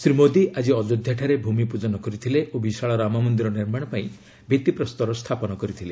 ଶ୍ରୀ ମୋଦି ଆଜି ଅଯୋଧ୍ୟାଠାରେ ଭୂମିପ୍ରଜନ କରିଥିଲେ ଓ ବିଶାଳ ରାମମନ୍ଦିର ନିର୍ମାଣ ପାଇଁ ଭିତ୍ତିପ୍ରସ୍ତର ସ୍ଥାପନ କରିଥିଲେ